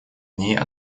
ней